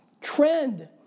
trend